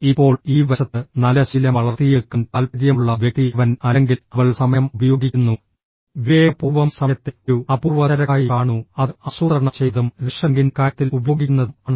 ഇപ്പോൾ ഈ വശത്ത് നല്ല ശീലം വളർത്തിയെടുക്കാൻ താൽപ്പര്യമുള്ള വ്യക്തി അവൻ അല്ലെങ്കിൽ അവൾ സമയം ഉപയോഗിക്കുന്നു വിവേകപൂർവ്വം സമയത്തെ ഒരു അപൂർവ ചരക്കായി കാണുന്നു അത് ആസൂത്രണം ചെയ്തതും റേഷനിംഗിന്റെ കാര്യത്തിൽ ഉപയോഗിക്കുന്നതും ആണ്